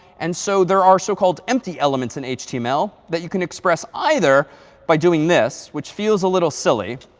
and so there are so-called empty elements in html that you can express either by doing this, which feels a little silly.